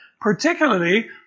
particularly